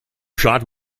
shot